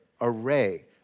array